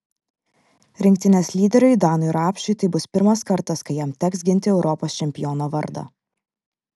rinktinės lyderiui danui rapšiui tai bus pirmas kartas kai jam teks ginti europos čempiono vardą